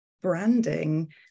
branding